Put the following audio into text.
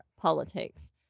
politics